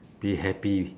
be happy